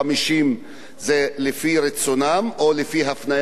זה לפי רצונן או לפי הפניה של הרופא,